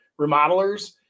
remodelers